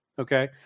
okay